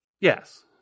Yes